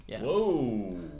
Whoa